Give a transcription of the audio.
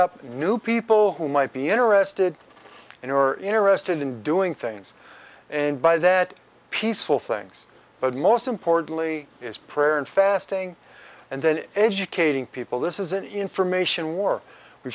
up new people who might be interested in or interested in doing things and by that peaceful things but most importantly is prayer and fasting and then educating people this is an information war we'